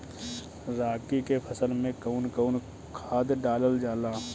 रागी के फसल मे कउन कउन खाद डालल जाला?